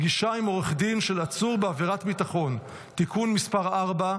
(פגישה עם עורך דין של עצור בעבירת ביטחון) (תיקון מס' 4),